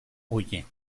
huye